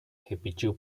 repetiu